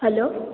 hello